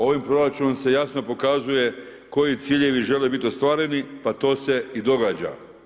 Ovim proračunom se jasno pokazuje koji ciljevi žele biti ostvareni pa to se i događa.